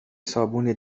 صابون